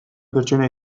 pertsona